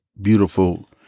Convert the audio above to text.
beautiful